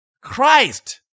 Christ